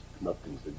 Nothing's